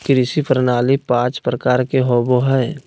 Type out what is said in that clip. कृषि प्रणाली पाँच प्रकार के होबो हइ